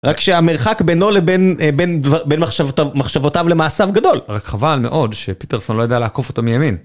רק שהמרחק בינו לבין מחשבותיו למעשיו גדול. רק חבל מאוד שפיטרסון לא יודע לעקוף אותו מימין.